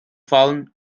fallen